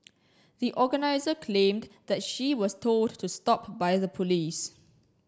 the organiser claimed that she was told to stop by the police